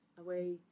away